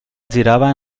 girava